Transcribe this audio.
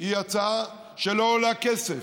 היא הצעה שלא עולה כסף.